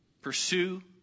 pursue